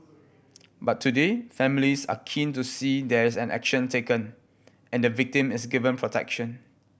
but today families are keen to see there is an action taken and the victim is given protection